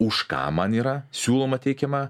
už ką man yra siūloma teikiama